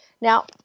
Now